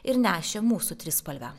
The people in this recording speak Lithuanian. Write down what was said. ir nešė mūsų trispalvę